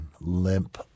limp